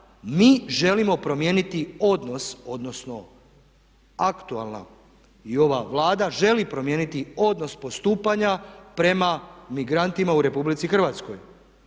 mi želimo promijeniti odnos, odnosno aktualna i ova Vlada želi promijeniti odnos postupanja prema migrantima u Republici Hrvatskoj.